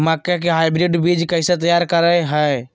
मक्का के हाइब्रिड बीज कैसे तैयार करय हैय?